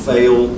Fail